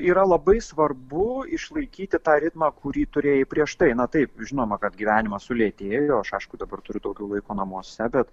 yra labai svarbu išlaikyti tą ritmą kurį turėjai prieš tai na taip žinoma kad gyvenimas sulėtėjo aš aišku dabar turiu daugiau laiko namuose bet